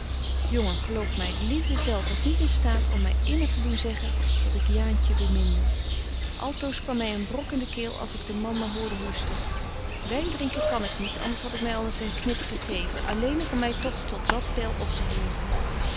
jongen geloof my de liefde zelf was niet in staat om my immer te doen zeggen dat ik jaantje beminde altoos kwam my een betje wolff en aagje deken historie van mejuffrouw sara burgerhart brok in de keel als ik den man maar hoorde hoesten wyn drinken kan ik niet anders had ik my al eens een knip gegeven alleenig om my toch tot dat peil op te